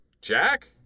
Jack